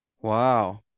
Wow